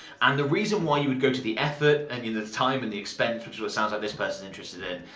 and the reason why you would go to the effort and the time and the expense, which is what sounds like this person is interested in,